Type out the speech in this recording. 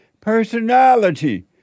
Personality